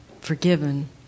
forgiven